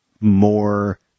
more